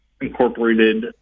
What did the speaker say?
incorporated